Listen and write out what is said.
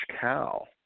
cow